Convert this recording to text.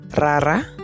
Rara